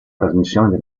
trasmissioni